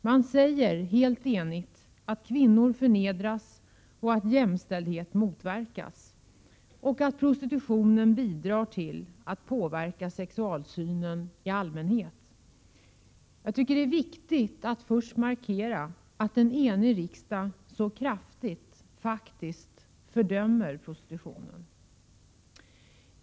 Man säger helt enigt att kvinnor förnedras och att jämställdhet motverkas samt att prostitutionen bidrar till att påverka sexualsynen i allmänhet. Det är viktigt att först markera att en enig riksdag så kraftigt faktiskt fördömer prostitutionen.